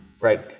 Right